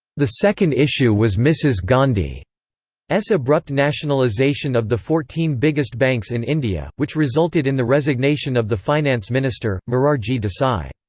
the second issue was mrs. gandhi's abrupt nationalization of the fourteen biggest banks in india, which resulted in the resignation of the finance minister, morarji desai.